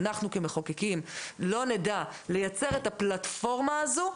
אנחנו כמחוקקים לא נדע לייצר את הפלטפורמה הזו,